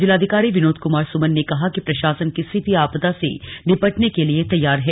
जिलाधिकारी विनोद कुमार सुमन ने कहा कि प्रशासन किसी भी आपदा से निपटने के लिए तैयार है